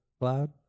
Cloud